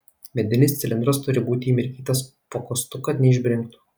medinis cilindras turi būti įmirkytas pokostu kad neišbrinktų